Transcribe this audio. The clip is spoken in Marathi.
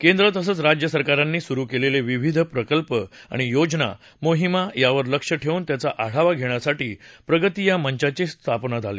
केंद्र तसंच राज्य सरकारांनी सुरु केलेले विविध प्रकल्प आणि योजना मोहिमा यावर लक्ष ठेवून त्याचा आढावा घेण्यासाठी प्रगती या मंचाची मदत होते